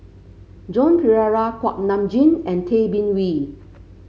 Joan Pereira Kuak Nam Jin and Tay Bin Wee